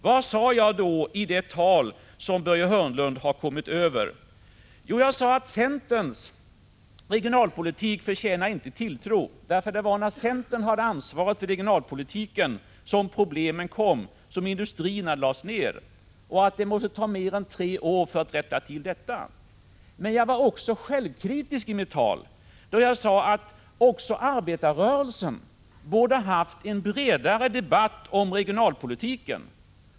Vad sade jag i mitt tal som Börje Hörnlund kommit över? Jo, jag sade att centerns regionalpolitik inte förtjänar tilltro därför att det var då centern hade ansvaret för regionalpolitiken som problemen kom och som industrierna lades ner, och det måste ta mer än tre år att rätta till detta. Men jag var också självkritisk i mitt tal, då jag sade att också arbetarrörelsen borde ha haft en bredare debatt om regionalpolitiken.